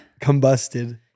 combusted